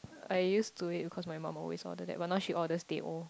I use to it because my mum always order that but now she orders teh O